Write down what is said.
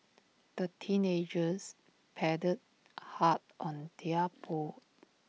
the teenagers paddled hard on their boat